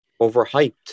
overhyped